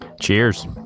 Cheers